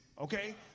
okay